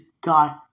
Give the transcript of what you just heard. God